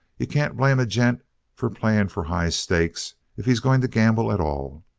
you can't blame a gent for playing for high stakes if he's going to gamble at all.